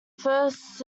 first